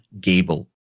Gable